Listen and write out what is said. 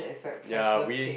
ya we